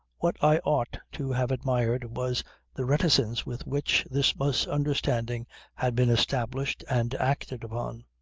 what i ought to have admired was the reticence with which this misunderstanding had been established and acted upon.